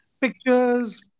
Pictures